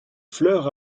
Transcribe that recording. fleurs